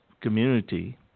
community